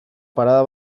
parada